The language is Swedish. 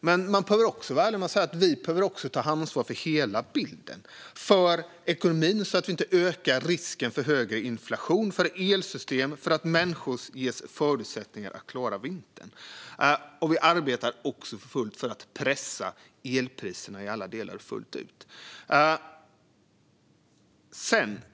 Men man behöver också vara ärlig och säga att vi behöver ta ansvar för hela bilden - för ekonomin så att vi inte ökar risken för högre inflation och för elsystemen så att människor ges förutsättningar att klara vintern. Vi arbetar också för fullt för att pressa elpriserna i alla delar och fullt ut.